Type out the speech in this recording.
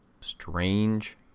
strange